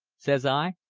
says i,